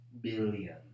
billion